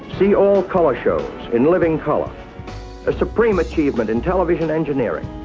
see all colour shows in living colour a supreme achievement in television engineering.